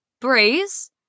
breeze